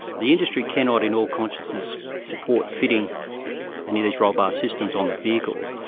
the industry cannot in all consciousness support fitting any of these rollbar systems on the vehicle,